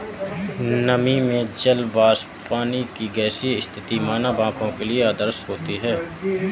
नमी में जल वाष्प पानी की गैसीय स्थिति मानव आंखों के लिए अदृश्य होती है